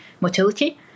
motility